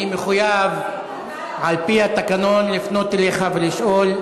אני מחויב על-פי התקנון לפנות אליך ולשאול,